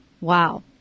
Wow